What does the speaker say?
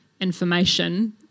information